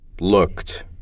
looked